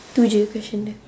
to the question